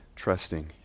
Trusting